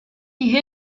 die